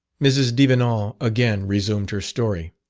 mrs. devenant again resumed her story